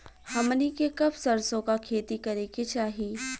हमनी के कब सरसो क खेती करे के चाही?